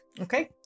Okay